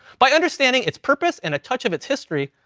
by understanding its purpose, and a touch of its history,